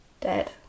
dead